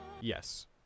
yes